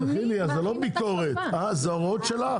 זו לא ביקורת, זה תלוי בהוראות שלך.